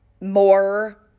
more